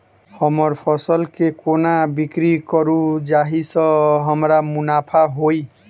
हम फसल केँ कोना बिक्री करू जाहि सँ हमरा मुनाफा होइ?